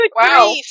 Wow